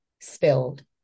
spilled